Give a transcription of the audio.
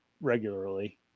regularly